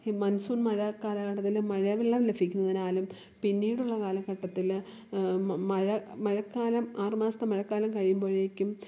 ഈ മൺസൂൺ മഴ കാലഘട്ടത്തിൽ മഴവെള്ളം ലഭിക്കുന്നതിനാലും പിന്നീടുള്ള കാലഘട്ടത്തിൽ മ മഴ മഴക്കാലം ആറു മാസത്തെ മഴക്കാലം കഴിയുമ്പോഴേക്കും